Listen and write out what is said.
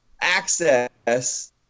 access